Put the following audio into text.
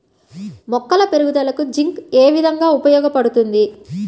మొక్కల పెరుగుదలకు జింక్ ఏ విధముగా ఉపయోగపడుతుంది?